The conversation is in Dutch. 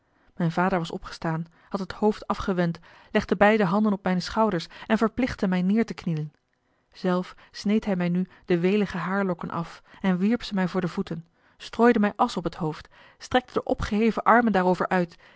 mijn vader was opgestaan had het hoofd afgewend legde beide handen op mijne schouders en verplichtte mij neêr te knielen zelf sneed hij mij nu de welige haarlokken af en wierp ze mij voor de voeten strooide mij asch op het hoofd strekte de opgeheven armen daarover uit